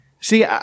see